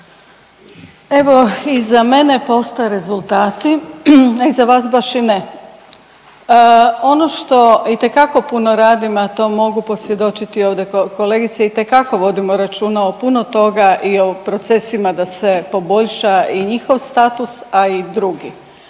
Evo iza mene postoje rezultati, a iza vas baš i ne. Ono što itekako puno radim, a to mogu posvjedočiti ovdje kolegice, itekako vodimo računa o puno toga i o procesima da se poboljša i njihov status, a i drugi.